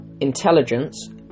Intelligence